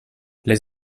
les